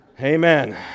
Amen